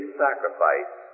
sacrifice